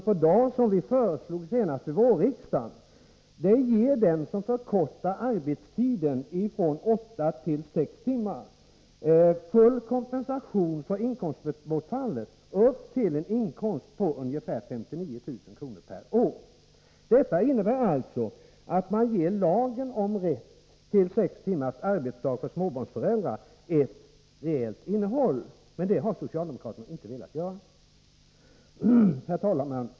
per dag, som vi föreslog i riksdagen senast i våras, ger den som förkortar arbetstiden från åtta till sex timmar full kompensation för inkomstbortfallet upp till en inkomst på ungefär 59 000 kr. per år. Detta innebär alltså att man ger lagen om rätt till sex timmars arbetsdag för småbarnsföräldrar ett reellt innehåll. Men det har socialdemokraterna inte velat göra. Herr talman!